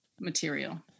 material